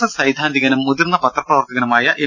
S സൈദ്ധാന്തികനും മുതിർന്ന പത്ര പ്രവർത്തകനുമായ എം